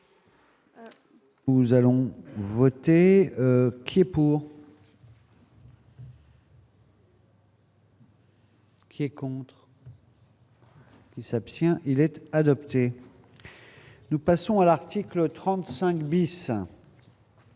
Nous allons voter, qui est pour. Ce qui est contre. Qui s'abstient-il être adopté, nous passons à l'article 35 bis.